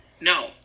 No